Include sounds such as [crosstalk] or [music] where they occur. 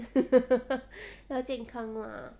[laughs] 要健康 lah